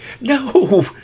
No